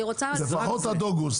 לפחות עד אוגוסט,